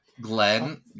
Glenn